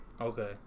Okay